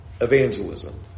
evangelism